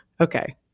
Okay